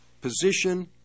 position